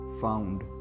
found